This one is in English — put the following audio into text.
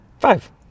five